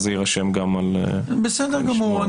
בסדר גמור.